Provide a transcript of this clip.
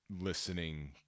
listening